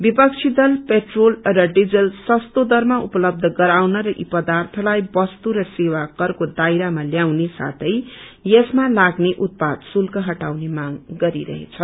बिपक्षी दल पेट्रोल र डीजल सस्तो दरमा उपलब्ध गराउन र यी पदार्यलाई बस्तु र सेवा करको दायरामा ल्याउने साथै यसमा लाग्ने उत्पाद शुल्क हटाउने मौँग गरिरहेछ